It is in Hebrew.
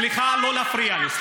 סליחה, לא להפריע לי.